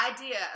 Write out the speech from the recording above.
idea